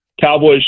Cowboys